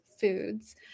Foods